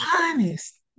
honest